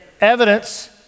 evidence